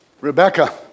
Rebecca